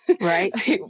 right